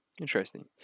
Interesting